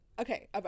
Okay